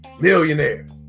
millionaires